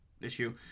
issue